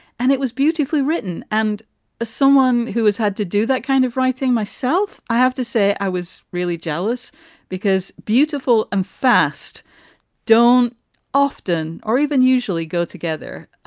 and it was beautifully written. and as ah someone who has had to do that kind of writing myself, i have to say i was really jealous because beautiful and fast don't often or even usually go together.